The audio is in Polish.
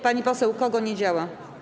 Pani poseł, u kogo nie działa?